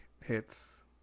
hits